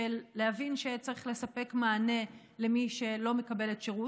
להבין שצריך לספק מענה למי שלא מקבלת שירות,